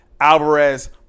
Alvarez